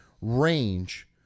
range